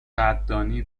قدردانی